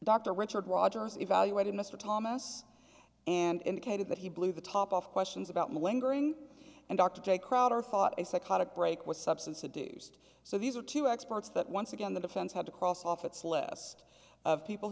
dr richard rogers evaluated mr thomas and indicated that he blew the top off questions about lingering and dr j crowder thought a psychotic break with substance abuse so these are two experts that once again the defense had to cross off its list of people